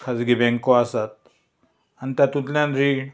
खाजगी बँको आसात आनी तातूंतल्यान रीण